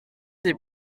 des